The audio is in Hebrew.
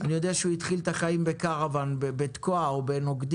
אני יודע שהוא התחיל את החיים בישראל בקרוון בתקוע או בנוקדים.